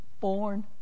born